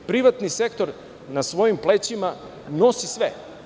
Privatni sektor na svojim plećima nosi sve.